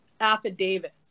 affidavits